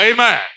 Amen